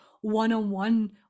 one-on-one